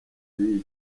b’iyi